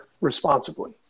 responsibly